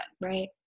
right